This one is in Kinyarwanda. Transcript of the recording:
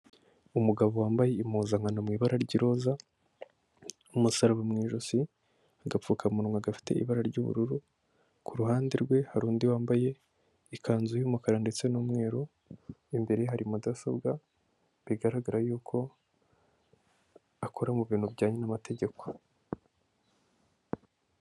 Umugabo wambaye impuzankano mu ibara ry'iroza, umusaraba mu ijosi agapfukamunwa gafite ibara ry'ubururu, ku ruhande rwe hari undi wambaye ikanzu y'umukara ndetse n'umweru, imbere hari mudasobwa bigaragara yuko akora mubintu bijyanye n'amategeko.